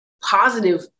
positive